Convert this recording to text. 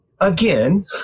again